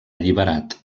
alliberat